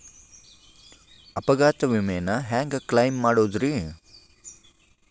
ಅಪಘಾತ ವಿಮೆನ ಹ್ಯಾಂಗ್ ಕ್ಲೈಂ ಮಾಡೋದ್ರಿ?